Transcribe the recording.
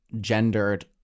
gendered